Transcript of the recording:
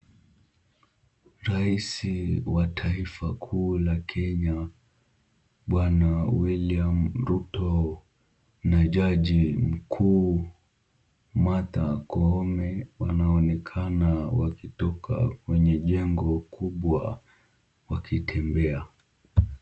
Rais wa taifa kuu la Kenya, Bwana William Ruto na jaji mkuu, Martha Koome wanaonekana wakitoka kwenye jengo kubwa wakitembea.